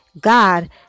God